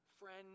Friend